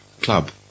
Club